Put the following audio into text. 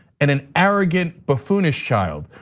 and an arrogant, buffoonish child.